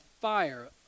fire